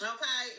Okay